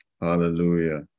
Hallelujah